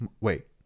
Wait